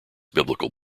biblical